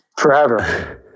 forever